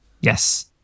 Yes